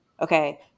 Okay